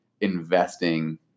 investing